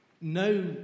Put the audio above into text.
No